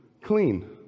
clean